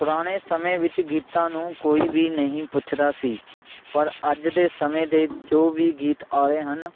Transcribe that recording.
ਪੁਰਾਣੇ ਸਮੇਂ ਵਿੱਚ ਗੀਤਾਂ ਨੂੰ ਕੋਈ ਵੀ ਨਹੀਂ ਪੁੱਛਦਾ ਸੀ ਪਰ ਅੱਜ ਦੇ ਸਮੇਂ ਦੇ ਜੋ ਵੀ ਗੀਤ ਆ ਰਹੇ ਹਨ